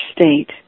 state